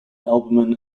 albumin